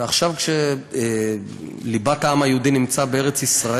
ועכשיו, כשליבת העם היהודי נמצאת בארץ-ישראל,